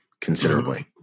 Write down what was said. considerably